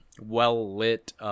well-lit